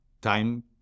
time